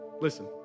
Listen